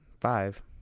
five